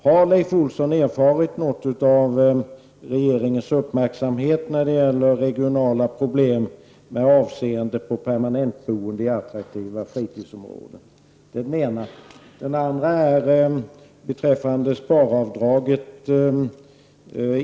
Har Leif Olsson erfarit något av regeringens uppmärksamhet när det gäller regionala problem, med avseende på permanentboende i attraktiva fritidsområden?